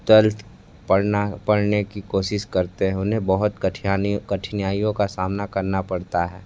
twelfth पढ़ना पढ़ने की कोशिश करते हैं उन्हें बहुत कठिनाइयों का सामना करना पड़ता है